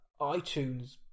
iTunes